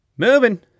Moving